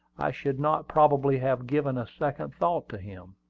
i should not probably have given a second thought to him.